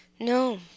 No